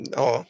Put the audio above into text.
ja